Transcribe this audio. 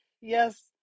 yes